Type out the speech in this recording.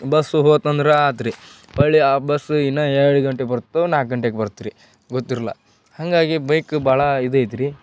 bus ಹೋತು ಅಂದ್ರೆ ಆಯ್ತ್ರಿ ಹೊಳ್ಳಿ ಆ ಬಸ್ಸು ಇನ್ನು ಎರಡು ಗಂಟೆಗೆ ಬರ್ತವೆ ನಾಲ್ಕು ಗಂಟೆಗೆ ಬರ್ತೆ ರೀ ಗೊತ್ತಿರಲ್ಲ ಹಾಗಾಗಿ ಬೈಕ್ ಭಾಳ ಇದು ಐತ್ರಿ